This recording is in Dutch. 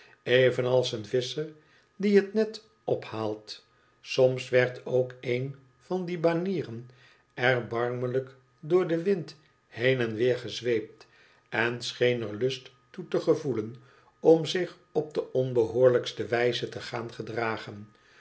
evenals een visscher die het net ophaalt soms werd ook een van die banieren erbarmelijk door den wind heen en weer gezweept en scheen er lust toe te gevoelen om zich op de onbelioorlijkste wijze te gaan gedragen